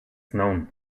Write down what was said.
known